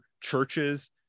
churches